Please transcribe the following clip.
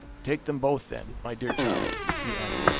take them both, then, my dear child, he added,